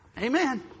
amen